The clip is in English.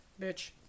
bitch